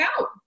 out